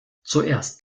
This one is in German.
zuerst